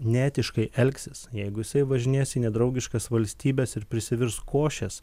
neetiškai elgsis jeigu jisai važinės į nedraugiškas valstybes ir prisivirs košės